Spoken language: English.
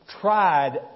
Tried